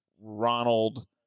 Ronald